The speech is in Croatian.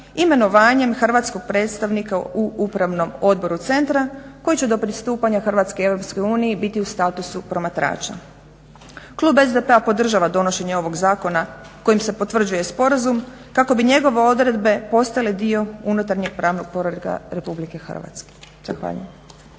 imenovanjem hrvatskog predstavnika u Upravnom odboru centra koji će do pristupanja Hrvatske EU biti u statusu promatrača. Klub SDP-a podržava donošenje ovog zakona kojim se potvrđuje sporazum kako bi njegove odredbe postale dio unutarnjeg pravnog poretka RH. Zahvaljujem.